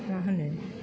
मा होनो